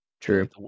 True